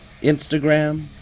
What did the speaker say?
Instagram